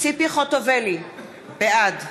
ציפי חוטובלי, בעד